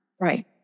Right